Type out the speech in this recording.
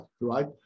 right